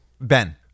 Ben